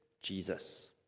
Jesus